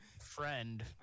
friend